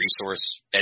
resource